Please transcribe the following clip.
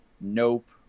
Nope